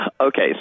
Okay